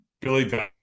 Billy